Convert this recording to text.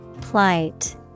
Plight